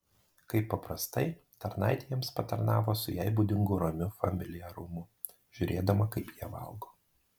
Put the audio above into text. kaip paprastai tarnaitė jiems patarnavo su jai būdingu ramiu familiarumu žiūrėdama kaip jie valgo